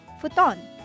Futon